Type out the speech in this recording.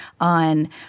on